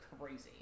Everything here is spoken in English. crazy